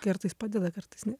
kartais padeda kartais ne